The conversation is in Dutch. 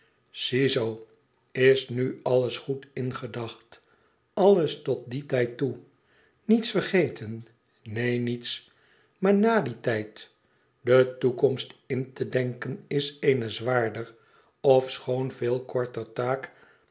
ziezoo is nu alles goed ingedacht i alles tot dien tijd toe niets vergeten neen niets maar na dien tijd de toekomst in te denken is eene zwaarder ofschoon veel korter taak